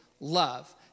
love